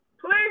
Please